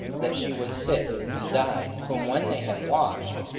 that she was sick, and died whom when they had washed,